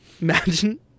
imagine